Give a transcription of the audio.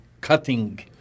cutting